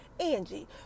Angie